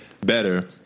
better